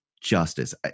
justice